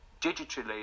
digitally